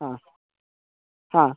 हा हा